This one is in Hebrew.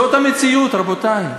זאת המציאות, רבותי.